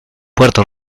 puerto